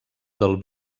del